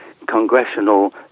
congressional